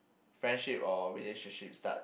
friendship or relationship start